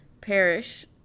parish